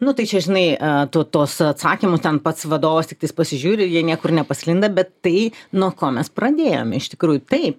nu tai čia žinai tu tuos atsakymus ten pats vadovas tiktais pasižiūri jie niekur nepasklinda bet tai nuo ko mes pradėjome iš tikrųjų taip